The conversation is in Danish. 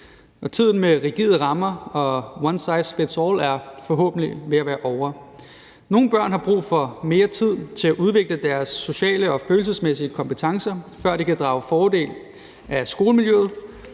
Tiden med rigide rammer og one size fits all er forhåbentlig ved at være ovre. Nogle børn har brug for mere tid til at udvikle deres sociale og følelsesmæssige kompetencer, før de kan drage fordel af skolemiljøet,